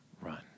run